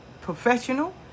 Professional